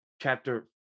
chapter